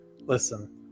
Listen